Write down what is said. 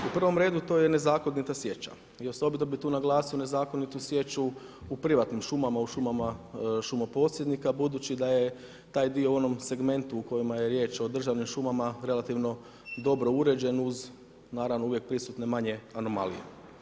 U prvom redu to je nezakonita sjeća i osobito bih tu naglasio nezakonitu sječu u privatnim šumama, u šumama šumoposjednika budući da je taj dio u onom segmentu u kojima je riječ o državnim šumama relativno dobro uređen uz naravno uvijek prisutne manje anomalije.